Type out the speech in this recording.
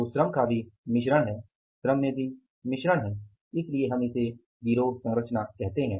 तो श्रम का भी मिश्रण है श्रम में भी मिश्रण है इसलिए हम इसे गिरोह संरचना कहते हैं